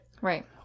right